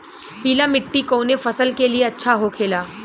पीला मिट्टी कोने फसल के लिए अच्छा होखे ला?